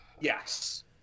yes